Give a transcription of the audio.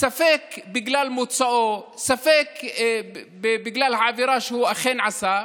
ספק בגלל מוצאו, ספק בגלל העבירה שהוא אכן עשה.